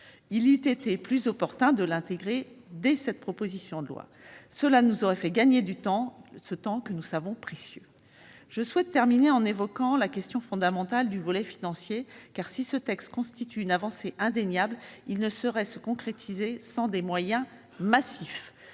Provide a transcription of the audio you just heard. il eût été plus opportun de l'intégrer dans cette proposition de loi ; cela nous aurait fait gagner du temps, que nous savons précieux. Je souhaite terminer en évoquant une question fondamentale : la question financière. Si ce texte constitue une avancée indéniable, ses dispositions ne sauraient se concrétiser sans des moyens massifs.